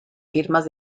firmas